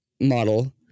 model